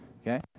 okay